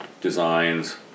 designs